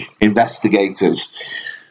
investigators